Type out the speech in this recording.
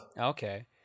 Okay